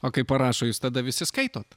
o kai parašo jūs tada visi skaitot